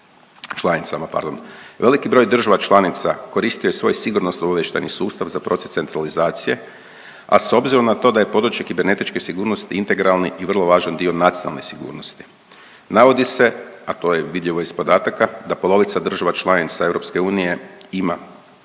članicama. Veliki broj država članica koristio je svoj sigurnosno obavještajni sustav za proces centralizacije, a s obzirom na to da je područje kibernetičke sigurnosti integralni i vrlo važan dio nacionalne sigurnosti. Navodi se, a to je vidljivo iz podataka, da polovica država članica EU ima